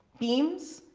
beams,